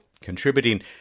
contributing